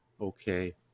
Okay